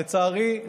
לצערי,